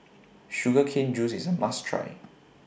Sugar Cane Juice IS A must Try